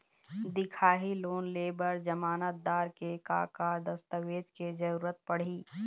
दिखाही लोन ले बर जमानतदार के का का दस्तावेज के जरूरत पड़ही?